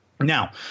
Now